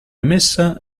emessa